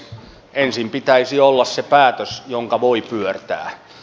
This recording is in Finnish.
ensin pitäisi olla se päätös jonka voi pyörtää